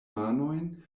manojn